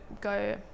go